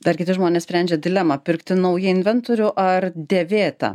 dar kiti žmonės sprendžia dilemą pirkti naują inventorių ar dėvėtą